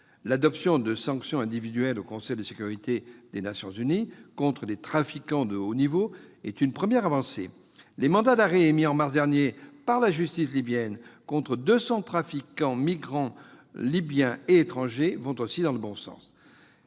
L'adoption de sanctions individuelles par le Conseil de sécurité des Nations unies contre des trafiquants de haut niveau est une première avancée. Les mandats d'arrêt émis en mars dernier par la justice libyenne contre 200 trafiquants de migrants, libyens et étrangers, vont aussi dans le bon sens.